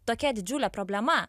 tokia didžiulė problema